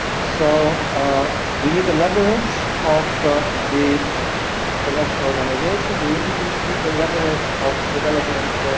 so ah we need the leverage of the international organizations. we we need need the leverage of development